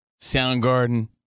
Soundgarden